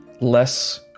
less